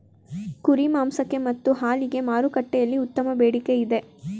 ಕುರಿ ಮಾಂಸಕ್ಕೆ ಮತ್ತು ಹಾಲಿಗೆ ಮಾರುಕಟ್ಟೆಯಲ್ಲಿ ಉತ್ತಮ ಬೇಡಿಕೆ ಇದೆ